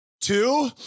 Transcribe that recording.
Two